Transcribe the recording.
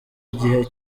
igihe